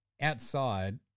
outside